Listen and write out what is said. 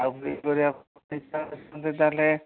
ଆଉ ତାହେଲେ